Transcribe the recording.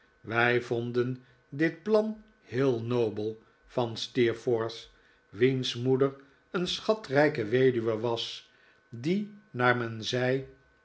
wij vonden dit plan heel nobel van steerforth wiens moeder een schatrijke weduwe was die naar men zei